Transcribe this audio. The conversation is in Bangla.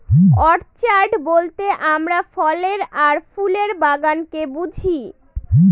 অর্চাড বলতে আমরা ফলের আর ফুলের বাগানকে বুঝি